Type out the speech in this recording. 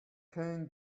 ken